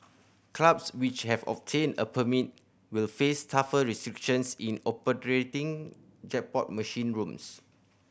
clubs which have obtained a permit will face tougher restrictions in operating jackpot machine rooms